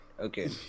Okay